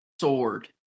sword